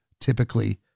typically